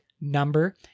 number